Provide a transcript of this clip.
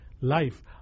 life